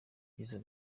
ry’izo